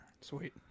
Sweet